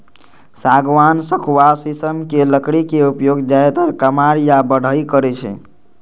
सागवान, सखुआ, शीशम के लकड़ी के उपयोग जादेतर कमार या बढ़इ करै छै